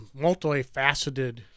multifaceted